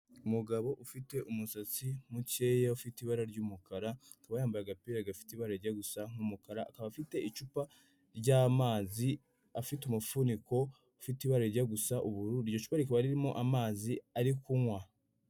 Umugabo ufite umusatsi mukeya ufite ibara ry'umukara, akaba yambaye agapira gafite ibara rijya gusa nk'umukara, akaba afite icupa ry'amazi afite umufuniko ufite ibara rijya gusa ubururu, iryo cupa rikaba ririmo amazi ari kunywa.